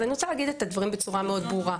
אז אני רוצה להגיד את הדברים בצורה ברורה מאוד.